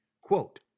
Quote